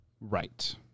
Right